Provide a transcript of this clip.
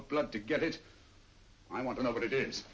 of blood to get it i want to know what it is